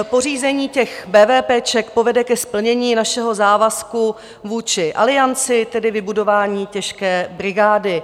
Pořízení těch bévépéček povede ke splnění našeho závazku vůči Alianci, tedy vybudování těžké brigády.